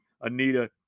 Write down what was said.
Anita